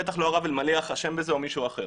בטח לא הרב אלמליח אשם בזה או מישהו אחר.